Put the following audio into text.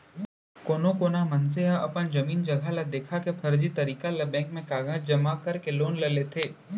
कोनो कोना मनसे ह अपन जमीन जघा ल देखा के फरजी तरीका ले बेंक म कागज जमा करके लोन ले लेथे